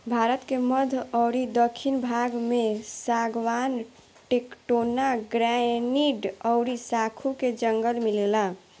भारत के मध्य अउरी दखिन भाग में सागवान, टेक्टोना, ग्रैनीड अउरी साखू के जंगल मिलेला